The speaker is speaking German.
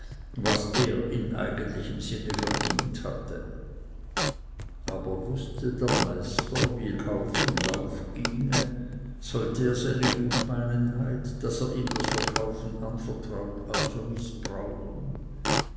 was er in eigentlichem sinne verdient hatte aber wußte der meister wie kauf und lauf ginge sollte er seine gutmeinenheit daß er ihm das verkaufen anvertraut also mißbrauchen